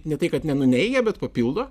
ne tai kad nenuneigia bet papildo